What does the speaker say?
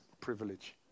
privilege